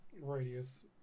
radius